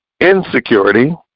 insecurity